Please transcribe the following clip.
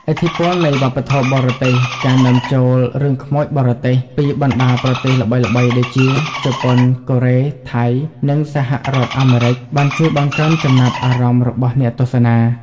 ឥទ្ធិពលនៃវប្បធម៌បរទេស ការនាំចូល រឿងខ្មោចបរទេស ពីបណ្ដាប្រទេសល្បីៗដូចជា ជប៉ុន កូរ៉េ ថៃ និងសហរដ្ឋអាមេរិក បានជួយបង្កើនចំណាប់អារម្មណ៍របស់អ្នកទស្សនា។